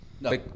No